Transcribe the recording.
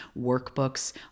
workbooks